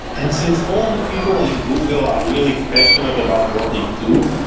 and since all the people in google are really passionate about what they do,